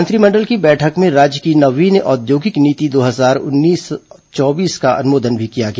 मंत्रिमंडल की बैठक में राज्य की नवीन औद्योगिक नीति दो हजार उन्नीस चौबीस का भी अनुमोदन किया गया